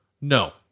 No